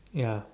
ya